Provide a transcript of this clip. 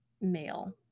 male